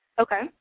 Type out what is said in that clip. Okay